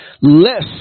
Less